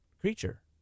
creature